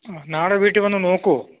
ആ നാളെ വീട്ടിൽ വന്ന് നോക്കുമോ